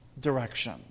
direction